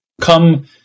come